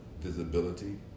visibility